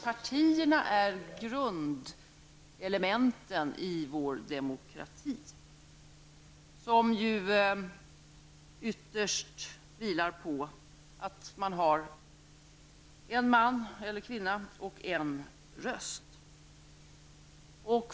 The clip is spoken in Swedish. Partierna är ju grundelementen i vår demokrati. Det hela vilar ytterst på principen en man eller kvinna och en röst.